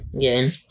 game